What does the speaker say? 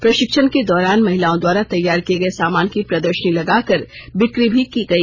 प्रशिक्षण के दौरान महिलाओ द्वारा तैयार किये सामान की प्रदर्शनी लगाकर बिक्री भी की गई